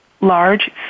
large